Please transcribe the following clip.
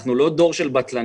אנחנו לא דור של בטלנים,